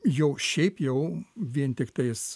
jau šiaip jau vien tiktais